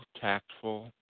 tactful